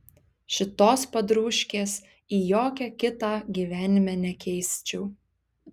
šitos padrūškės į jokią kitą gyvenime nekeisčiau